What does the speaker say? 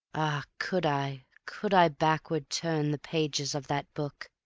ah, could i, could i backward turn the pages of that book,